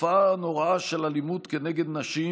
התופעה הנוראה של אלימות כנגד נשים,